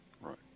Right